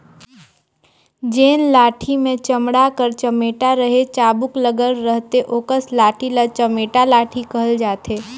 जेन लाठी मे चमड़ा कर चमेटा चहे चाबूक लगल रहथे ओकस लाठी ल चमेटा लाठी कहल जाथे